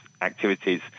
activities